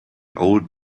old